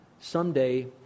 someday